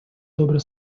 добрые